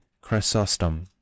Chrysostom